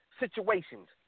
Situations